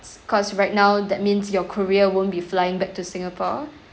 cause right now that means your korea won't be flying back to singapore